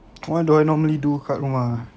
what do I normally do kat rumah eh